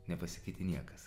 nepasikeitė niekas